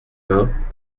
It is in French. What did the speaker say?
vingt